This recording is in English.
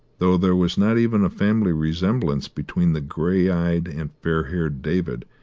though there was not even a family resemblance between the grey-eyed and fairhaired david,